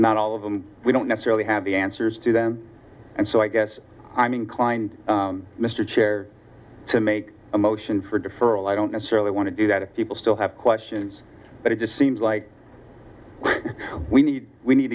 not all of them we don't necessarily have the answers to them and so i guess i'm inclined mr chair to make a motion for deferral i don't necessarily want to do that if people still have questions but it just seems like we need we need